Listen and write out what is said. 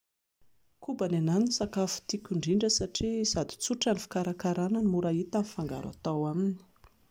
Koba ny ahy no sakafo tiako indrindra satria sady tsotra ny fikarakarana no mora hita ny fangaro hatao aminy